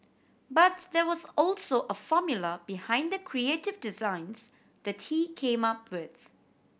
but there was also a formula behind the creative designs that he came up with